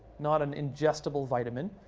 not an injectable vitamin.